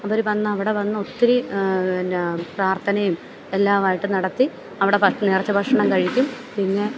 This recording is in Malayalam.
അവർ വന്ന് അവിടെ വന്ന് ഒത്തിരി എന്നാ പ്രാർത്ഥനയും എല്ലാമായിട്ട് നടത്തി അവിടെ പ നിറച്ച് ഭക്ഷണം കഴിക്കും പിന്നെ